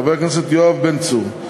חבר הכנסת יואב בן צור,